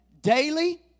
daily